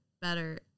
better